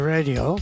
Radio